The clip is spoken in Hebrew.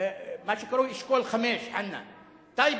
מה שקרוי "אשכול 5" טייבה,